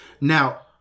now